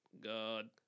God